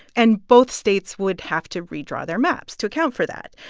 and both states would have to redraw their maps to account for that.